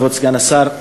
כבוד סגן השר,